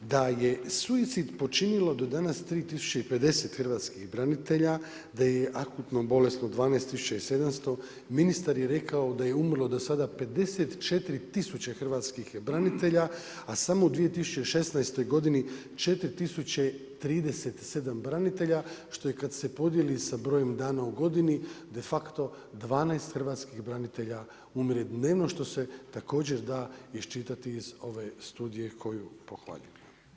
Da je suicid počinilo do danas 3 050 hrvatskih branitelja, da je akutno bolesno 12 700, ministar je rekao da je umrlo do sada 54 tisuće hrvatskih branitelja a samo u 2016. godini 4 037 branitelja što je kad se podijeli sa brojem dana u godini, de facto 12 hrvatskih branitelja umre dnevno što se također da iščitati iz ove studije koju pohvaljujem.